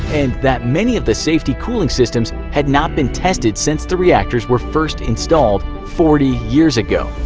and that many of the safety cooling systems had not been tested since the reactors were first installed forty years ago!